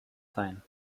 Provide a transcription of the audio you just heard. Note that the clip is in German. sein